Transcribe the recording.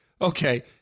okay